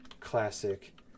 Classic